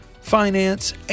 finance